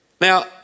Now